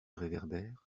réverbère